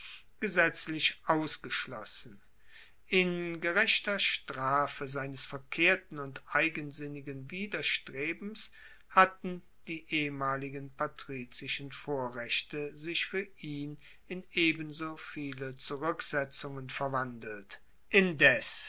gesetzlich ausgeschlossen in gerechter strafe seines verkehrten und eigensinnigen widerstrebens hatten die ehemaligen patrizischen vorrechte sich fuer ihn in ebenso viele zuruecksetzungen verwandelt indes